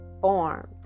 formed